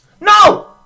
No